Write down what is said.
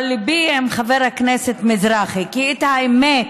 אבל ליבי עם חבר הכנסת מזרחי, כי האמת,